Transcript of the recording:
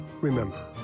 Remember